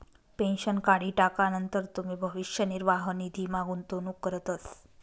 pension काढी टाकानंतर तुमी भविष्य निर्वाह निधीमा गुंतवणूक करतस